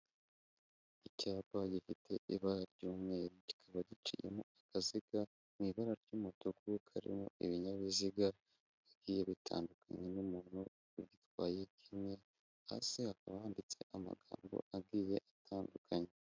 Icyapa gifite ibara ry'umweru, kikaba giciyemo akaziga mu ibara ry'umutuku, karimo ibinyabiziga bigiye bitandukanye n'umuntu ubitwaye; kimwe hasi, hakaba handitse amagambo agiye atandukanye.